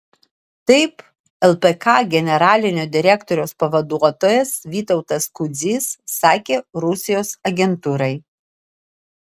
taip lpk generalinio direktoriaus pavaduotojas vytautas kudzys sakė rusijos agentūrai